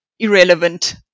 Irrelevant